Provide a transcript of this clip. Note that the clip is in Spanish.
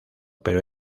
pero